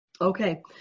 Okay